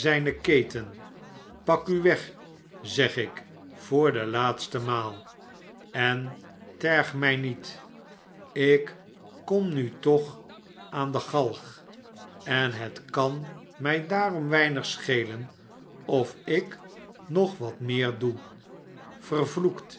keten pak u weg zeg ik voor de laatste maal n terg mij niet ik kom nu toch aan de galg en het kan mij daarom weinig schelen of ik nog wat meer doe vervloekt